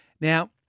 Now